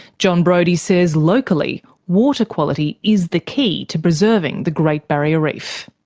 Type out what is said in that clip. jon brodie says locally, water quality is the key to preserving the great barrier reef.